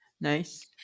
Nice